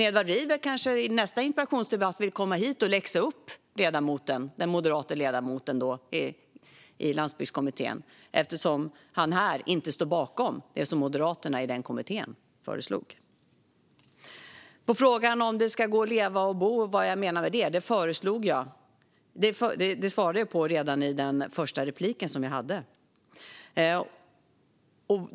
Edward Riedl kanske i nästa interpellationsdebatt vill komma hit och läxa upp den moderata ledamoten i Landsbygdskommittén eftersom han här inte står bakom det som Moderaterna i den kommittén föreslog. Frågan om vad jag menade med att det ska gå att leva och bo i hela landet svarade jag på redan i det första inlägget jag hade.